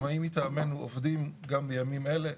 שמאים מטעמנו עובדים גם בימים אלה,